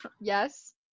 Yes